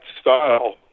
style